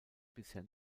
bisher